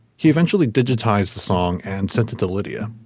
who eventually digitized the song and sent it to lydia